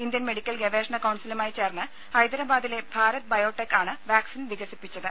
Indian medical ഗവേഷണ കൌൺസിലുമായി ചേർന്ന് ഹൈദരബാദിലെ ഭാരത് ബയോടെക് ആണ് വാക്സിൻ വികസിപ്പിച്ചത്